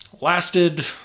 lasted